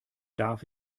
darf